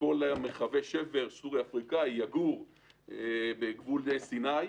בכל מרחבי השבר הסורי-אפריקאי, יגור ובגבול סיני.